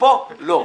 לא פה.